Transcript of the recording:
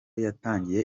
yatangiye